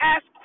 Ask